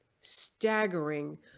staggering